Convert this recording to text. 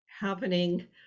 happening